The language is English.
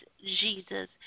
jesus